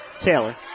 Taylor